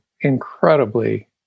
Incredibly